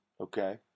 okay